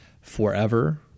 forever